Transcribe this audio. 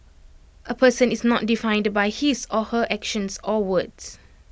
A person is not defined by his or her actions or words